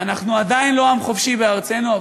ואנחנו עדיין לא עם חופשי בארצנו,